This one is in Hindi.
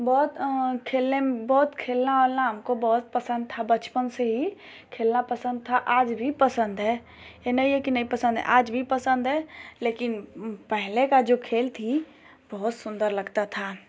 बहुत खेलने बहुत खेलना उलना हमको बहुत पसन्द था बचपन से ही खेलना पसन्द था आज भी पसन्द है यह नहीं है कि नहीं पसन्द है आज भी पसन्द है लेकिन पहले का जो खेल था बहुत सुन्दर लगता था